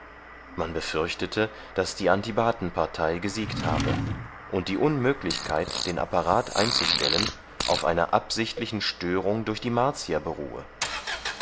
man befürchtete daß die antibatenpartei gesiegt habe und die unmöglichkeit den apparat einzustellen auf einer absichtlichen störung durch die martier beruhe